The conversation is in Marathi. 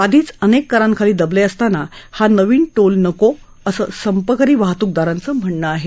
आधीच अनेक करांखली दबले असताना हा नवीन टोल नको असं संपकऱ्यांचं म्हणणं आहे